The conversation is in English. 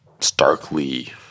starkly